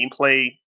gameplay